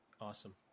Awesome